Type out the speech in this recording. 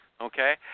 Okay